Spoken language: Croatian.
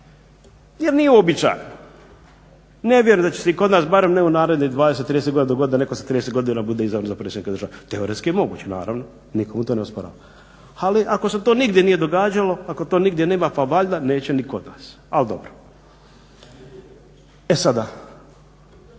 Jer nije uobičajeno. Ne vjerujem da će se i kod nas, barem ne u narednih 20, 30 godina dogoditi da netko sa 30 godina bude izabran za predsjednika države. Teoretski je moguće naravno, nitko to ne osporava. Ali ako se to nigdje nije događalo, ako to nigdje nema pa valjda neće ni kod nas. Al' dobro. E sada,